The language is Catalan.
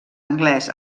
anglès